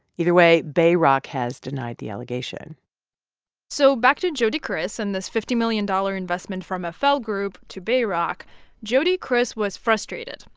either way, bayrock has denied the allegation so back to jody kriss and this fifty million dollars investment from fl group to bayrock jody kriss was frustrated.